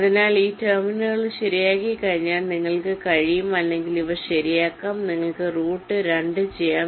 അതിനാൽ ഈ ടെർമിനലുകൾ ശരിയാക്കിക്കഴിഞ്ഞാൽ നിങ്ങൾക്ക് കഴിയും അല്ലെങ്കിൽ ഇവ ശരിയാക്കാം നിങ്ങൾക്ക് റൂട്ട് 2 ചെയ്യാം